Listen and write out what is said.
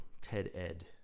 TED-Ed